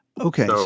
Okay